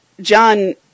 John